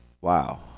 wow